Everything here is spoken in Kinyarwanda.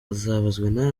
azabazwa